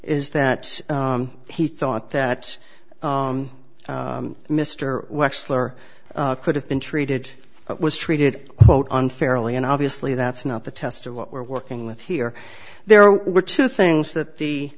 is that he thought that mr wexler could have been treated but was treated quote unfairly and obviously that's not the test of what we're working with here there were two things that the